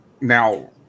now